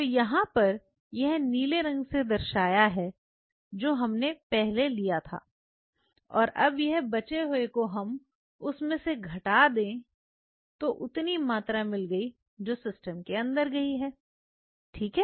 तो यहां पर यह नीले रंग से दर्शाया है जो हमने पहले लिया था और अब यह बचे हुए को उसमें से घटाया तो हमें उतनी मात्रा मिल गई जो सिस्टम के अंदर गई है